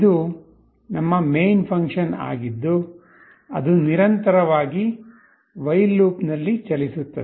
ಇದು ನಮ್ಮ main function ಆಗಿದ್ದುಅದು ನಿರಂತರವಾಗಿ ವಯ್ಲ್ ಲೂಪ್ ನಲ್ಲಿ ಚಲಿಸುತ್ತದೆ